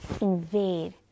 invade